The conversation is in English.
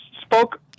spoke